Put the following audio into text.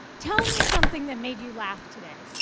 tell me something that made you laugh today.